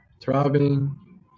throbbing